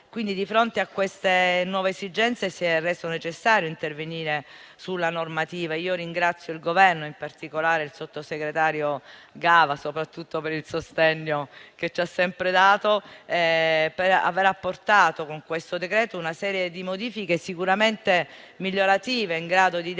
cardine. Di fronte a queste nuove esigenze si è reso necessario intervenire sulla normativa. Ringrazio il Governo, in particolare il sottosegretario Gava soprattutto per il sostegno che ci ha sempre dato, per aver apportato con questo decreto una serie di modifiche sicuramente migliorative, in grado di dare